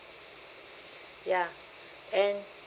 ya and